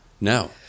No